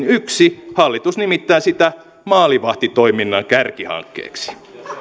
yksi hallitus nimittää sitä maalivahtitoiminnan kärkihankkeeksi